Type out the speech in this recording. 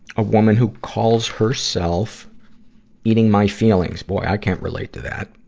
a woman who calls herself eating my feelings. boy, i can't relate to that,